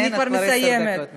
את כבר עשר דקות מדברת.